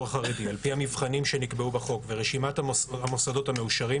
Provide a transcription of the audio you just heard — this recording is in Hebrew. החרדי על פי המבחנים שנקבעו בחוק מרשימת המוסדות המאושרים